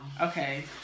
Okay